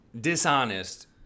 dishonest